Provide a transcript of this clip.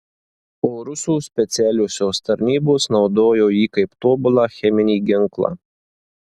o rusų specialiosios tarnybos naudojo jį kaip tobulą cheminį ginklą